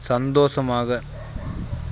சந்தோஷமாக